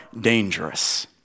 dangerous